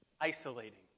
isolating